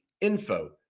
info